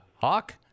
Hawk